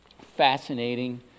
Fascinating